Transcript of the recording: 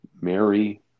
Mary